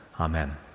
amen